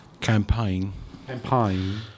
Campaign